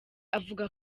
avuga